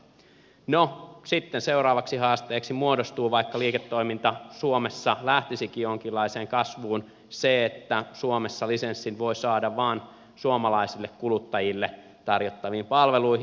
no sitten seuraavaksi haasteeksi muodostuu se että vaikka liiketoiminta suomessa lähtisikin jonkinlaiseen kasvuun niin suomessa lisenssin voi saada vain suomalaisille kuluttajille tarjottaviin palveluihin